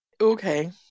okay